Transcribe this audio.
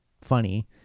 funny